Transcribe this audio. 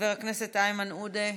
חבר הכנסת איימן עודה,